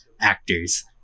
actors